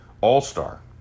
All-Star